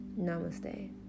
Namaste